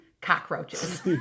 cockroaches